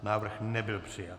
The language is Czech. Návrh nebyl přijat.